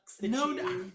No